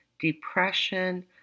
depression